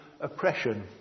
oppression